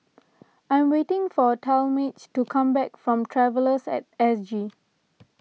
I am waiting for Talmage to come back from Travellers at S G